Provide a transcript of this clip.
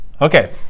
okay